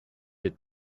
est